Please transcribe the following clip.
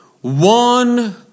one